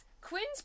Quinn's